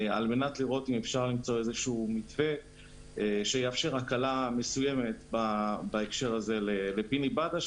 על מנת לראות אם אפשר למצוא מתווה שיאפשר הקלה מסוימת לפיני בדש